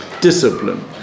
Discipline